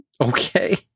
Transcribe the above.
Okay